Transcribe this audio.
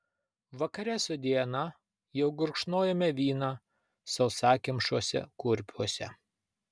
vakare su diana jau gurkšnojome vyną sausakimšuose kurpiuose